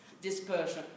dispersion